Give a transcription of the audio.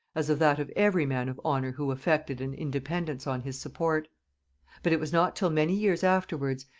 as of that of every man of honor who affected an independence on his support but it was not till many years afterwards,